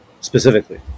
specifically